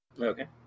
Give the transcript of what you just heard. Okay